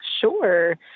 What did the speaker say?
Sure